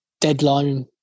deadline